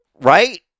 Right